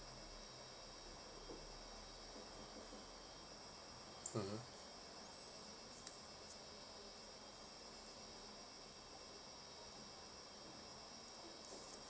mmhmm